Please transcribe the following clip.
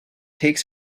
takes